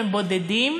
הם בודדים,